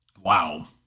Wow